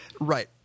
Right